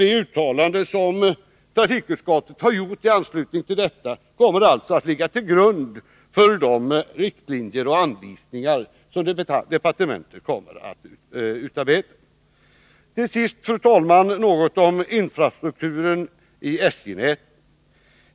Det uttalande som trafikutskottet har gjort i anslutning till detta kommer alltså att ligga till grund för de riktlinjer och anvisningar som departementet kommer att utarbeta. Till sist, fru talman, något om infrastrukturen i SJ-nätet.